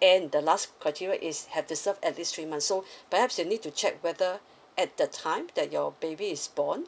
and the last criteria is have to serve at least three months so perhaps you need to check whether at the time that your baby is born